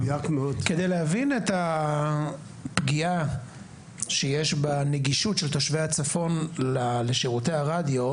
כדי להבין את הפגיעה שיש בנגישות של תושב הצפון לשירותי הרדיו,